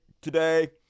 today